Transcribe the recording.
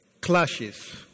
clashes